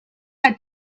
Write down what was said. had